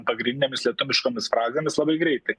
pagrindinėmis lietuviškomis frazėmis labai greitai